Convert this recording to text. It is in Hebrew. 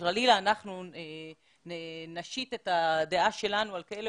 ושחלילה אנחנו נשית את הדעה שלנו על כאלה